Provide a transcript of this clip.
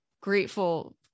grateful